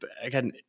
again